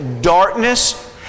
darkness